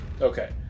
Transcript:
Okay